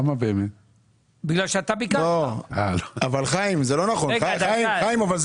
אבל זה לא נכון, חיים.